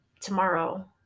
tomorrow